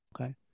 Okay